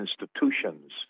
institutions